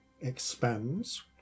expands